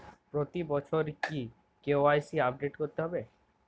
প্রতি বছরই কি কে.ওয়াই.সি আপডেট করতে হবে?